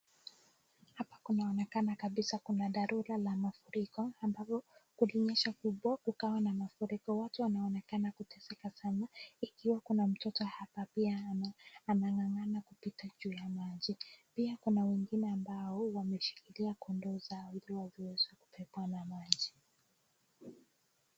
Hapa kunaonekana kabisa kuna dharura la mafuriko ambapo kulinyesha kubwa kukawa na mafuriko. Watu wanaonekana kuteseka sana, ikiwa kuna mtoto hapa pia anang'ang'ana kupita juu ya maji. Pia kuna wengine ambao wameshikilia kondoo zao ili wasiweze kubebwa na maji.